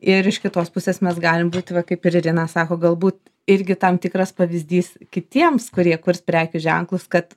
ir iš kitos pusės mes galim būt va kaip ir irina sako galbūt irgi tam tikras pavyzdys kitiems kurie kurs prekių ženklus kad